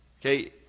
okay